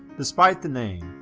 despite the name,